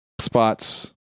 spots